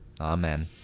Amen